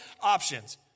options